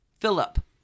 Philip